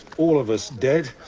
all of us dead.